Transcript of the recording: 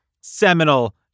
seminal